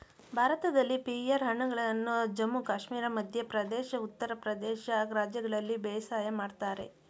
ಭಾರತದಲ್ಲಿ ಪಿಯರ್ ಹಣ್ಣುಗಳನ್ನು ಜಮ್ಮು ಕಾಶ್ಮೀರ ಮಧ್ಯ ಪ್ರದೇಶ್ ಉತ್ತರ ಪ್ರದೇಶ ರಾಜ್ಯಗಳಲ್ಲಿ ಬೇಸಾಯ ಮಾಡ್ತರೆ